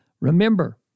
Remember